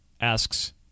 asks